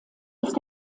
ist